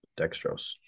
Dextrose